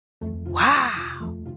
Wow